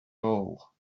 hole